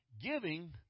Giving